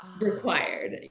required